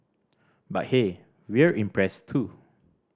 but hey we're impressed too